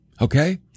Okay